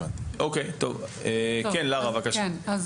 כן, לארה, בבקשה.